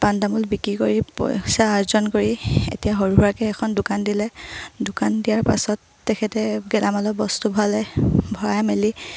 পাণ তামোল বিক্ৰী কৰি পইচা অৰ্জন কৰি এতিয়া সৰু সুৰাকে এখন দোকান দিলে দোকান দিয়াৰ পাছত তেখেতে গেলামালৰ বস্তু ভৰালে ভৰাই মেলি